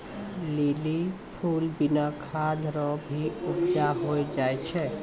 lily फूल बिना खाद रो भी उपजा होय जाय छै